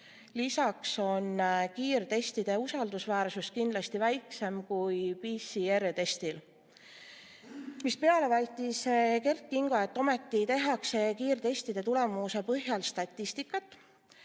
Lisaks on kiirtestide usaldusväärsus kindlasti väiksem kui PCR‑testil. Seepeale väitis Kert Kingo, et ometi tehakse kiirtestide tulemuste põhjal statistikat.